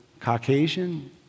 caucasian